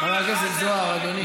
חבר הכנסת זוהר, אדוני.